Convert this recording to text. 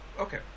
okay